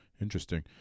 interesting